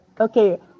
Okay